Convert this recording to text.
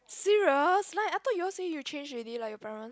serious like I thought you all say you change already like your parent